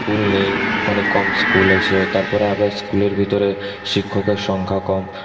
school নেই অনেক কম স্কুল আছে তারপরে আবার স্কুলের ভিতরে শিক্ষকের সংখ্যা কম